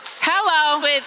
Hello